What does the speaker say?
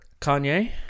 Kanye